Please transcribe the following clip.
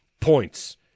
Points